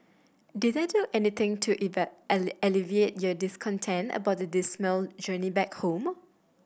did that do anything to alleviate your discontent about the dismal journey back home